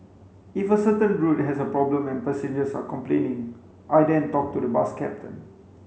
if a certain route has a problem and passengers are complaining I then talk to the bus captain